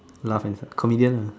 laugh ah comedian ah